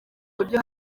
buryo